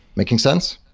making sense?